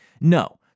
No